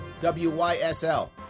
W-Y-S-L